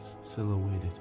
silhouetted